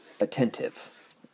attentive